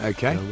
Okay